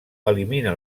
elimina